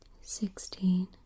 sixteen